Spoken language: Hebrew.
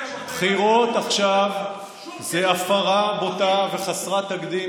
בחירות עכשיו זה הפרה בוטה וחסרת תקדים